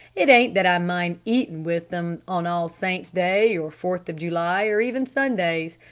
it ain't that i mind eatin' with them on all saints' day or fourth of july or even sundays.